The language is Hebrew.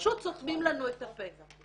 ופשוט סותמים לנו את הפה.